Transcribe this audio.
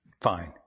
Fine